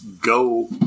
go